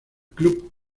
club